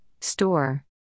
Store